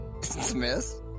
Smith